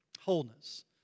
wholeness